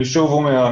שוב אומר,